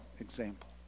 example